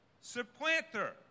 supplanter